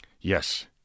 Yes